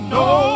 no